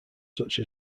such